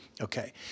Okay